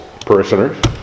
parishioners